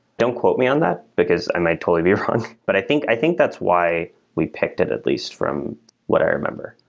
don't quote me on that, because i might totally be wrong. but i think i think that's why we picked it at least from what i remember.